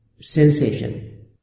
sensation